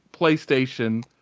PlayStation